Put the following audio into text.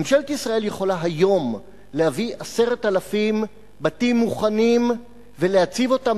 ממשלת ישראל יכולה היום להביא 10,000 בתים מוכנים ולהציב אותם,